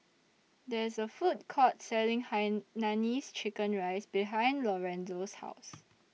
There IS A Food Court Selling Hainanese Chicken Rice behind Lorenzo's House